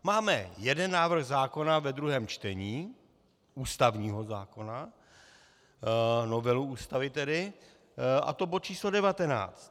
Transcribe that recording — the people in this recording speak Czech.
Máme jeden návrh zákona ve druhém čtení, ústavního zákona, novelu Ústavy tedy, a to bod číslo 19.